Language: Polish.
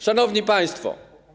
Szanowni Państwo!